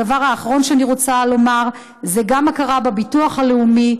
הדבר האחרון שאני רוצה לומר: גם הכרה בביטוח הלאומי.